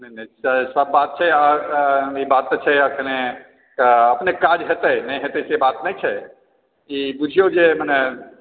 नहि नहि सभ बात छै आओर ई बात तऽ छै अपनेकेँ काज हेतै नहि हेतै से बात नहि छै ई बुझिऔ जे मने